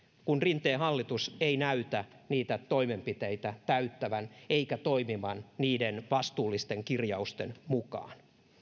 kun rinteen hallitus ei näytä niitä toimenpiteitä täyttävän eikä toimivan niiden vastuullisten kirjausten mukaan